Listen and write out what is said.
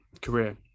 career